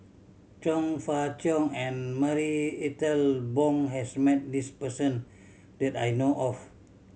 Chong Fah Cheong and Marie Ethel Bong has met this person that I know of